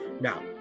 now